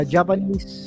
Japanese